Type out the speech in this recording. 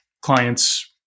clients